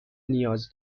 نیاز